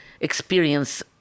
experience